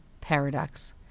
paradox